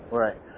right